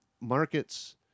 markets